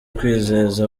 kwizeza